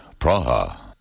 Praha